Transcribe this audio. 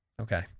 Okay